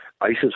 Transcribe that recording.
ISIS